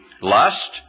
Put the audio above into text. lust